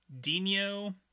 Dino